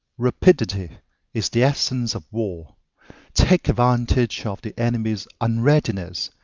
rapidity is the essence of war take advantage of the enemy's unreadiness,